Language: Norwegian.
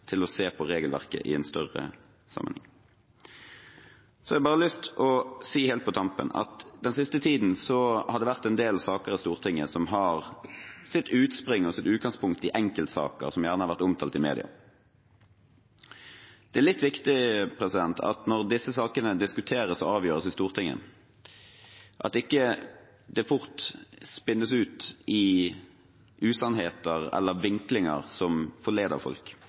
til å se på regelverket i en større sammenheng. Så har jeg lyst til å si, helt på tampen, at den siste tiden har det vært en del saker i Stortinget som har sitt utspring og sitt utgangspunkt i enkeltsaker som gjerne har vært omtalt i media. Det er viktig at når disse sakene diskuteres og avgjøres i Stortinget, ikke fort spinnes ut i usannheter eller vinklinger som forleder folk.